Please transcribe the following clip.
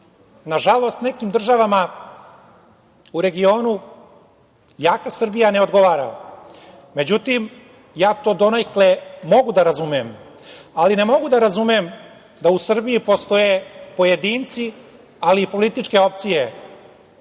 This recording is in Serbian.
regionu. Nažalost, nekim državama u regionu jaka Srbija ne odgovara. Međutim, ja to donekle mogu da razumem, ali ne mogu da razumem da u Srbiji postoje pojedinci, ali i političke opcije